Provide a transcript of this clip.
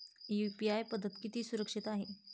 UPI पद्धत किती सुरक्षित आहे?